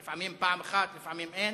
לפעמים פעם אחת, לפעמים, אין.